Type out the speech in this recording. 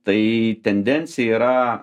tai tendencija yra